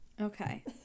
Okay